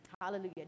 Hallelujah